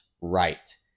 right